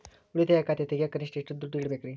ಉಳಿತಾಯ ಖಾತೆ ತೆಗಿಯಾಕ ಕನಿಷ್ಟ ಎಷ್ಟು ದುಡ್ಡು ಇಡಬೇಕ್ರಿ?